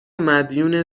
مدیون